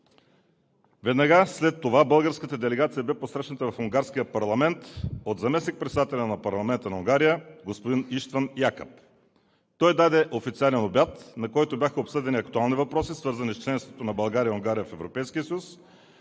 Веднага след това българската делегация бе посрещната в унгарския парламент от заместник-председателя на парламента на Унгария – господин Ищван Якаб. Той даде официален обяд, на който бяха обсъдени актуални въпроси, свързани с членството на България и Унгария в Европейския съюз,